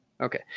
Okay